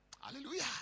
Hallelujah